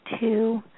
two